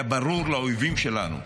היה ברור לאויבים שלנו,